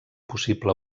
possible